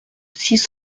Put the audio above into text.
six